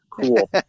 cool